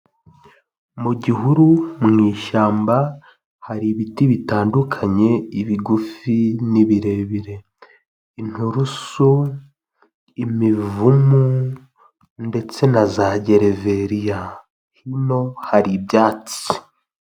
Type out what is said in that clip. Mu gihuru mu ishyamba hari ibiti bitandukanye ibigufi n'ibirebire, inturusu, imivumu ndetse na za gereveriya hino hari ibyatsi.